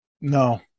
No